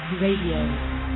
Radio